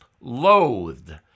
loathed